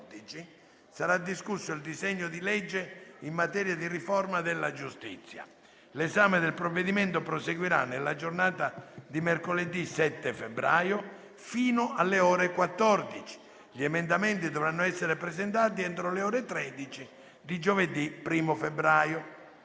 sarà discusso il disegno di legge in materia di riforma della giustizia. L'esame del provvedimento proseguirà nella giornata di mercoledì 7 febbraio, fino alle ore 14. Gli emendamenti dovranno essere presentati entro le ore 13 di giovedì 1° febbraio.